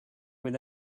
with